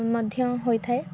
ମଧ୍ୟ ହୋଇଥାଏ